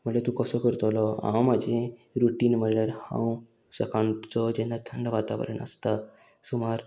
म्हणल्यार तूं कसो करतलो हांव म्हाजें रुटीन म्हणल्यार हांव सकाळचो जेन्ना थंड वातावरण आसता सुमार